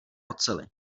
oceli